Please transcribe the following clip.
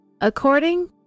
According